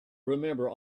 remember